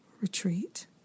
retreat